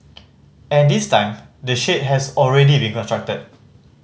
and this time the shade has already been constructed